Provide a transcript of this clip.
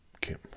Kim